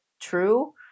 true